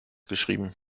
geschrieben